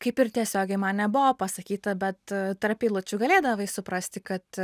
kaip ir tiesiogiai man nebuvo pasakyta bet tarp eilučių galėdavai suprasti kad